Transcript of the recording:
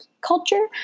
culture